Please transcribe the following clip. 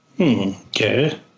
okay